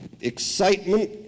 excitement